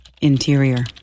interior